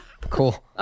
Cool